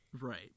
Right